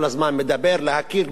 להכיר באוניברסיטה,